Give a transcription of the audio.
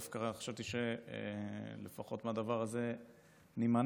ודווקא חשבתי שלפחות מהדבר הזה נימנע.